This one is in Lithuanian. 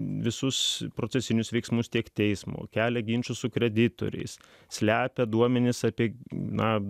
visus procesinius veiksmus tiek teismo kelia ginčus su kreditoriais slepia duomenis apie namą